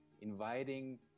inviting